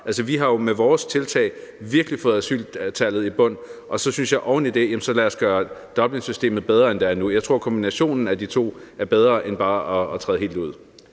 frem. Vi har jo med vores tiltag virkelig fået asyltallet i bund, og så synes jeg, at vi oven i det skal gøre Dublinsystemet bedre, end det er nu. Jeg tror, at kombinationen af de to er bedre end bare at træde helt ud.